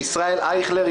ישראל אייכלר-